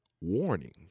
warning